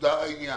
סודר העניין